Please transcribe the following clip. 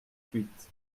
huit